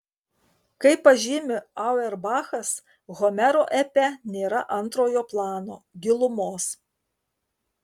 kaip pažymi auerbachas homero epe nėra antrojo plano gilumos